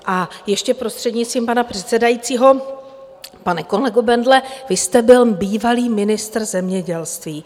A ještě prostřednictvím pana předsedajícího, pane kolego Bendle, vy jste bývalý ministr zemědělství.